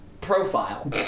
profile